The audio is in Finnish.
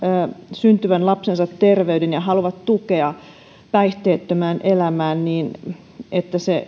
syntyvän lapsensa terveyden ja haluavat saada tukea päihteettömään elämään se